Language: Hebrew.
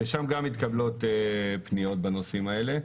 ושם גם מתקבלות פניות בנושאים האלה.